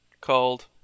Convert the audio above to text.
called